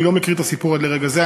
אני לא מכיר את הסיפור עד לרגע זה.